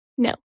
No